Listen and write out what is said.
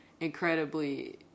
incredibly